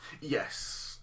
yes